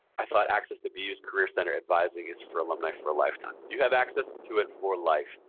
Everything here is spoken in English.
i thought access to bu's career center advising is for alumni for a lifetime. you have access to it for life,